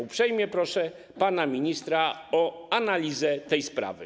Uprzejmie proszę pana ministra o analizę tej sprawy.